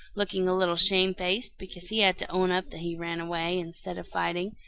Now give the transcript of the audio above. looking a little shamefaced because he had to own up that he ran away instead of fighting.